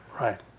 Right